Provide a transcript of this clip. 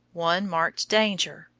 one marked danger,